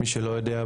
מי שלא יודע,